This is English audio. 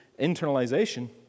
Internalization